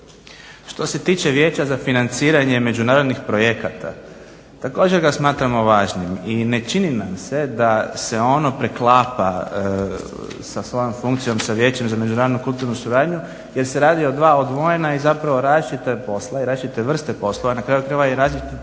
Što se tiče vijeća za financiranje međunarodnih projekata, također ga smatramo važnim i ne čini nam se da se ono preklapa sa svojom funkcijom, sa vijećem za međunarodnu kulturnu suradnju, jer se radi o dva odvojena i zapravo različite vrste poslova. Na kraju krajeva i različiti